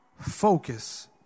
Focus